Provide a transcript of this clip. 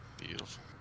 Beautiful